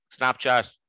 Snapchat